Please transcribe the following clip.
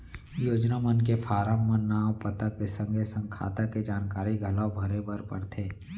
योजना मन के फारम म नांव, पता के संगे संग खाता के जानकारी घलौ भरे बर परथे